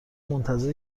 منتظر